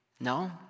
No